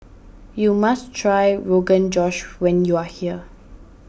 you must try Rogan Josh when you are here